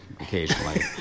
occasionally